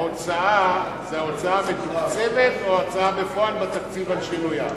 ההוצאה זה ההוצאה המתוקצבת או ההוצאה בפועל בתקציב על שינוייו?